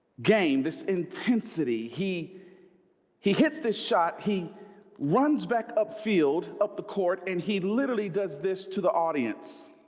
game this intensity. he he hits this shot. he runs back upfield up the court and he literally does this to the audience